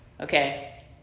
okay